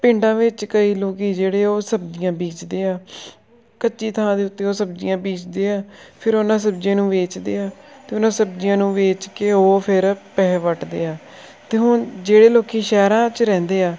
ਪਿੰਡਾਂ ਵਿੱਚ ਕਈ ਲੋਕ ਜਿਹੜੇ ਉਹ ਸਬਜ਼ੀਆਂ ਬੀਜਦੇ ਆ ਕੱਚੀ ਥਾਂ ਦੇ ਉੱਤੇ ਉਹ ਸਬਜ਼ੀਆਂ ਬੀਜਦੇ ਆ ਫਿਰ ਉਹਨਾਂ ਸਬਜ਼ੀਆਂ ਨੂੰ ਵੇਚਦੇ ਆ ਅਤੇ ਉਹਨੂੰ ਸਬਜ਼ੀਆਂ ਨੂੰ ਵੇਚ ਕੇ ਉਹ ਫਿਰ ਪੈਸੇ ਵੱਟਦੇ ਆ ਅਤੇ ਹੁਣ ਜਿਹੜੇ ਲੋਕ ਸ਼ਹਿਰਾਂ 'ਚ ਰਹਿੰਦੇ ਆ